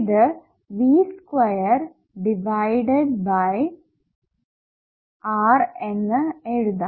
ഇത് V square divided by R എന്ന് എഴുതാം